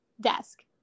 desk